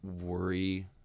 worry